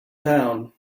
town